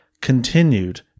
continued